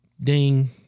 ding